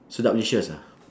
sedaplicious ah